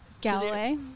Galloway